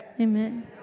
Amen